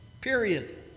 period